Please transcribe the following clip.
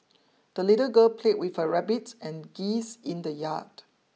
the little girl played with her rabbit and geese in the yard